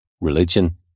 religion